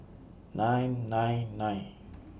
nine nine nine